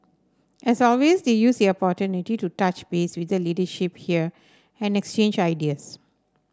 as always they used the opportunity to touch base with the leadership here and exchange ideas